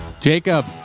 Jacob